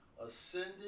ascended